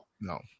No